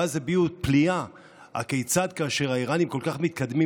ואז הביעו פליאה הכיצד כאשר האיראנים כל כך מתקדמים